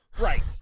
right